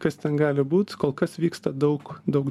kas ten gali būt kol kas vyksta daug daug